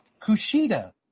Kushida